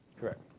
Correct